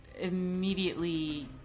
immediately